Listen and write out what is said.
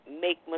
make